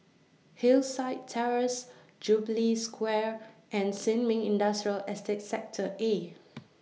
Hillside Terrace Jubilee Square and Sin Ming Industrial Estate Sector A